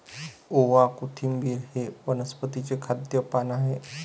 ओवा, कोथिंबिर हे वनस्पतीचे खाद्य पान आहे